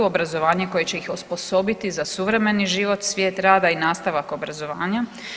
Obrazovanje koje će ih osposobiti za suvremeni život, svijet rada i nastavak obrazovanja.